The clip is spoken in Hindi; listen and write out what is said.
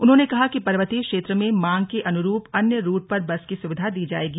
उन्होंने कहा कि पर्वतीय क्षेत्र में मांग के अनुरूप अन्य रूट पर बस की सुविधा दी जायेगी